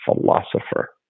philosopher